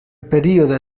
període